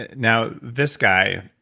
and now, this guy,